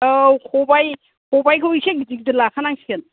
औ खबाय खबायखौ एसे गिदिर गिदिर लाखा नांसिगोन